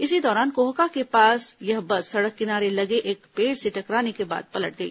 इसी दौरान कोहका के पास यह बस सड़क किनारे लगे एक पेड़ से टकराने के बाद पलट गई